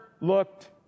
looked